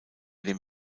dem